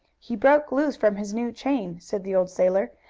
he broke loose from his new chain, said the old sailor,